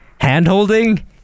Hand-holding